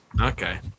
okay